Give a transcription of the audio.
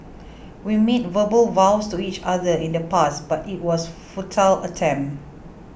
we made verbal vows to each other in the past but it was a futile attempt